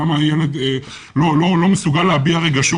למה הוא לא מסוגל להביע רגשות.